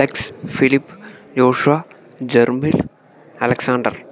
Alex Philip Yoshva Jerbil Alexander